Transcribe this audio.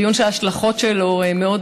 דיון שההשלכות שלו הן מאוד